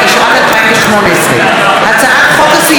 הצעת חוק הסיוע המשפטי (תיקון מס' 23),